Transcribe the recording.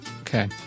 Okay